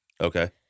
Okay